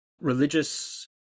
religious